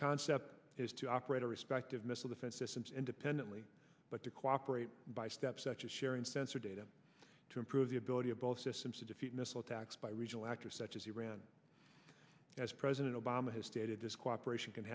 concept is to operate our respective missile defense systems independently but to cooperate by steps such as sharing sensor data to improve the ability of both systems to defeat missile attacks by regional actors such as he ran as president obama has stated this cooperation can